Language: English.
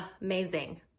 amazing